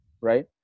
right